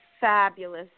fabulous